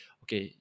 okay